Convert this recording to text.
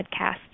Podcast